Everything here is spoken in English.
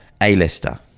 A-lister